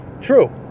true